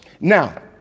Now